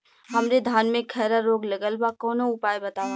हमरे धान में खैरा रोग लगल बा कवनो उपाय बतावा?